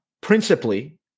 principally